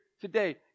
today